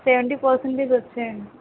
seventy percentage వచ్చాయండి